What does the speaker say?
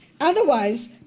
Otherwise